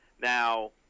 Now